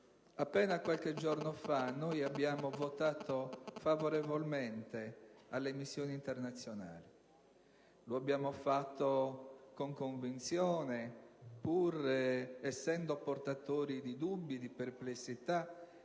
Appena qualche giorno fa noi abbiamo votato a favore del provvedimento di proroga delle missioni internazionali: lo abbiamo fatto con convinzione, pur essendo portatori di dubbi e perplessità,